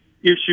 Issue